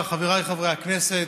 אדוני השר, חבריי חברי הכנסת,